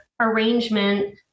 arrangement